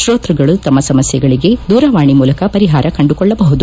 ಶೋತ್ಪಗಳು ತಮ್ಮ ಸಮಸ್ಲೆಗಳಿಗೆ ದೂರವಾಣಿ ಮೂಲಕ ಪರಿಹಾರ ಕಂಡುಕೊಳ್ಳಬಹುದು